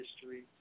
history